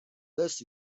this